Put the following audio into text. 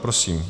Prosím.